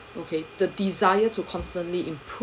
okay the desire to constantly improve